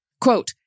Quote